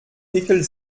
pickel